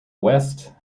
west